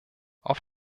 auf